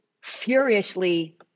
furiously